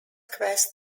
quest